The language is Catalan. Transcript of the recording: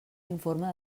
informe